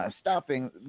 stopping